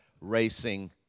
racing